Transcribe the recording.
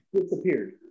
Disappeared